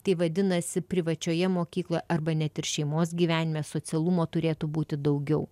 tai vadinasi privačioje mokykloje arba net ir šeimos gyvenime socialumo turėtų būti daugiau